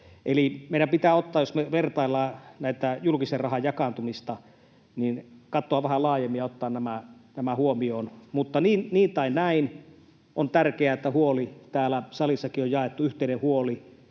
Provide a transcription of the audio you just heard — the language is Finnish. Eli jos me vertaillaan tätä julkisen rahan jakautumista, niin meidän pitää katsoa vähän laajemmin ja ottaa nämä huomioon. Mutta niin tai näin, on tärkeää, että huoli täällä salissakin on jaettu, yhteinen huoli